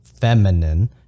feminine